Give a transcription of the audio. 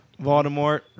Voldemort